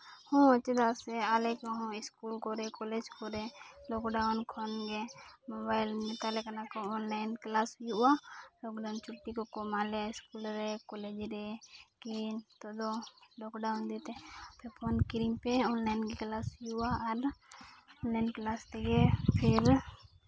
ᱦᱚᱸ ᱪᱮᱫᱟᱜ ᱥᱮ ᱟᱞᱮ ᱠᱚᱦᱚᱸ ᱥᱠᱩᱞ ᱠᱚᱨᱮ ᱠᱚᱞᱮᱡᱽ ᱠᱚᱨᱮ ᱞᱚᱠᱰᱟᱣᱩᱱ ᱠᱷᱚᱱᱜᱮ ᱢᱳᱵᱟᱭᱤᱞ ᱢᱮᱛᱟᱞᱮ ᱠᱟᱱᱟ ᱠᱚ ᱚᱱᱞᱟᱭᱤᱱ ᱠᱞᱟᱥ ᱦᱩᱭᱩᱜᱼᱟ ᱞᱚᱠᱰᱟᱣᱩᱱ ᱪᱷᱩᱴᱤ ᱠᱚᱠᱚ ᱮᱢᱟᱜ ᱞᱮᱭᱟ ᱥᱠᱩᱞ ᱨᱮ ᱠᱚᱞᱮᱡᱽ ᱨᱮ ᱠᱤ ᱱᱤᱛᱚᱜ ᱫᱚ ᱞᱚᱠᱰᱟᱣᱩᱱ ᱯᱷᱳᱱ ᱠᱤᱨᱤᱧ ᱯᱮ ᱚᱱᱞᱟᱭᱤᱱ ᱠᱞᱟᱥ ᱜᱮ ᱦᱩᱭᱩᱜᱼᱟ ᱟᱨ ᱚᱱᱞᱟᱭᱤᱱ ᱠᱞᱟᱥ ᱛᱮᱜᱮ ᱯᱷᱤᱨ